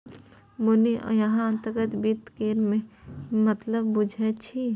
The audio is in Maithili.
मुन्नी अहाँ अंतर्राष्ट्रीय वित्त केर मतलब बुझैत छी